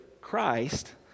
Christ